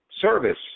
service